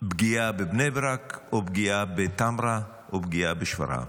פגיעה בבני ברק או פגיעה בטמרה או פגיעה בשפרעם.